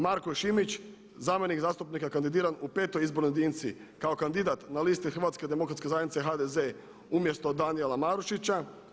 Marko Šimić zamjenik zastupnika kandidiran u petoj izbornoj jedinici kao kandidat na listi Hrvatske demokratske zajednice HDZ umjesto Danijela Marušića.